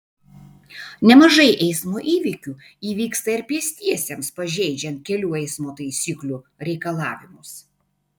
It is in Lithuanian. nemažai eismo įvykių įvyksta ir pėstiesiems pažeidžiant kelių eismo taisyklių reikalavimus